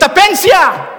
את הפנסיה?